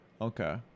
Okay